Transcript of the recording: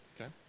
Okay